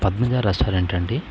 పద్మజా రెస్టారెంటా అండి